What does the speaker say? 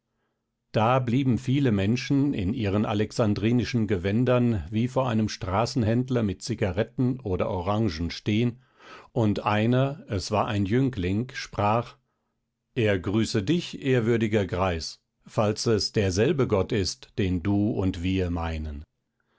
da blieben viele menschen in ihren alexandrinischen gewändern wie vor einem straßenhändler mit zigaretten oder orangen stehen und einer es war ein jüngling sprach er grüße dich ehrwürdiger greis falls es derselbe gott ist den du und wir meinen